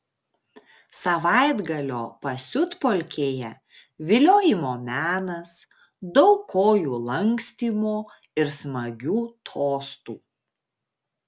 savaitgalio pasiutpolkėje viliojimo menas daug kojų lankstymo ir smagių tostų